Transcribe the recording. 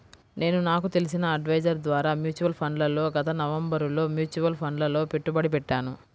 నేను నాకు తెలిసిన అడ్వైజర్ ద్వారా మ్యూచువల్ ఫండ్లలో గత నవంబరులో మ్యూచువల్ ఫండ్లలలో పెట్టుబడి పెట్టాను